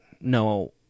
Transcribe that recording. no